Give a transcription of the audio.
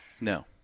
No